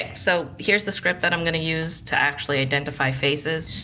so here's the script that i'm gonna use to actually identify faces.